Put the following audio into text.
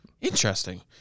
Interesting